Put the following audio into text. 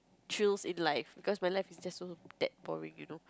thrills in life cause my life is just so that boring you know